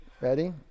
Ready